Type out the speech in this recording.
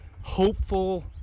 hopeful